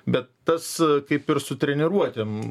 bet tas kaip ir su treniruotėm